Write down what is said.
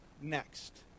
next